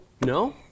No